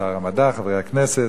שר המדע, חברי הכנסת,